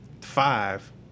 five